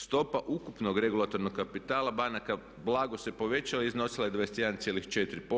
Stopa ukupnog regulatornog kapitala banaka blago se povećala i iznosila je 21,4%